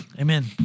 Amen